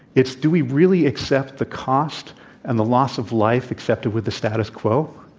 it's do we really accept the cost and the loss of life, accept it with the status quo?